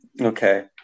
Okay